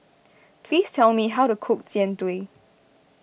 please tell me how to cook Jian Dui